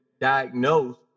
diagnosed